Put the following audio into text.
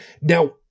Now